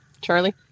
Charlie